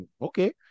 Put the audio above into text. okay